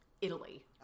Italy